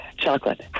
Chocolate